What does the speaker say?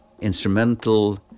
instrumental